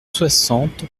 soixante